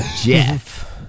Jeff